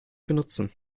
benutzen